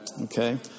Okay